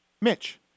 Mitch